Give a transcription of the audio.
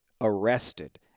arrested